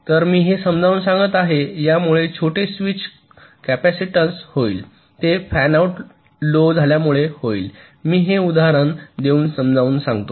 तर मी हे समजावून सांगत आहे यामुळे छोटे स्वीच कॅपेसिटन्स होईल ते फॅन आउट लो झाल्यामुळे होईल मी हे उदाहरण देऊन समजावून सांगतो